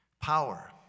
Power